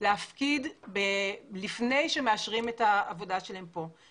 להפקיד לפני שמאשרים את העבודה שלהם פה.